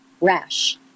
rash